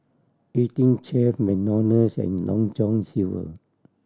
Eighteen Chef McDonald's and Long John Silver